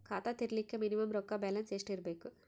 ಖಾತಾ ತೇರಿಲಿಕ ಮಿನಿಮಮ ರೊಕ್ಕ ಬ್ಯಾಲೆನ್ಸ್ ಎಷ್ಟ ಇರಬೇಕು?